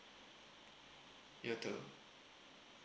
you too